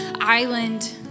island